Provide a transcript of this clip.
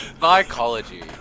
Psychology